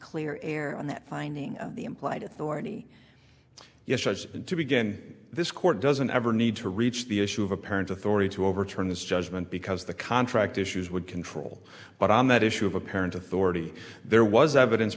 clear air on that finding the implied authority yes as to begin this court doesn't ever need to reach the issue of apparent authority to overturn this judgment because the contract issues would control but on that issue of apparent authority there was evidence